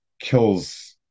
kills